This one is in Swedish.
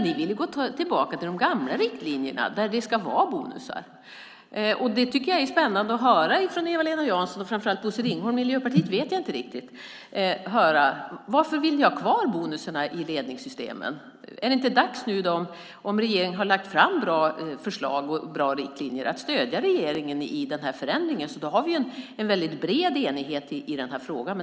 Ni vill ju gå tillbaka till de gamla riktlinjerna, där det ska vara bonusar. Jag tycker att det skulle vara spännande att höra från Eva-Lena Jansson och framför allt från Bosse Ringholm - jag vet inte riktigt hur det är med Miljöpartiet - varför ni vill ha kvar bonusarna i ledningssystemen. Är det inte dags nu, om regeringen har lagt fram bra förslag och bra riktlinjer, att stödja regeringen i den här förändringen? Då har vi en väldigt bred enighet i den här frågan.